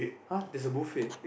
!huh! that's a buffet